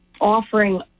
offering